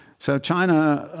so china